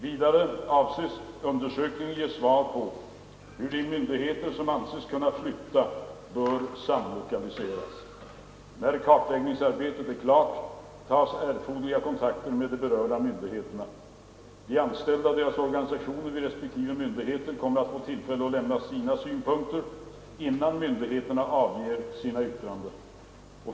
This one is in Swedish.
Vidare avses undersökningen ge svar på hur de myndigheter som anses kunna flytta bör samlokaliseras. När kartläggningsarbetet är klart tas erforderliga kontakter med de berörda myndigheterna. De anställda och deras organisationer vid respektive myndigheter kommer att få tillfälle att lämna sina synpunkter innan myndigheterna avger sina yttranden.